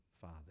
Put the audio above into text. Father